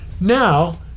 Now